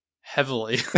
heavily